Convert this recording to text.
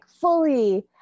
fully